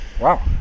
Wow